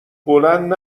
بلند